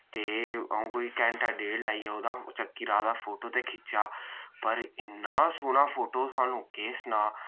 ते अऊं कोई घैंटा डेढ लाइयै उ'दा चक्कीराह् दा फोटो ते खिच्चेयआ पर इन्ना सोह्ना फोटो थुहानू केह् सनां